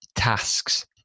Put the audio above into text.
Tasks